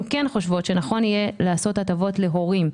אנחנו כן חושבות שנכון יהיה לתת הטבות להורים,